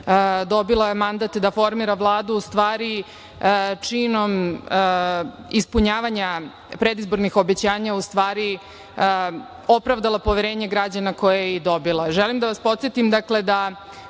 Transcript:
dobila mandat da formira Vladu u stvari činom ispunjavanja predizbornih obećanja u stvari opravdala poverenje građana koje je i dobila. Želim da vas podsetim da sve